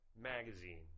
magazine